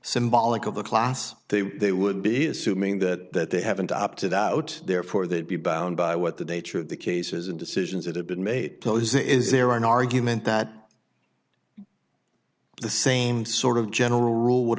symbolic of the class they they would be assuming that they haven't opted out therefore they'd be bound by what the nature of the cases and decisions that have been made close is there are no argument that the same sort of general rule would